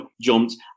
jumped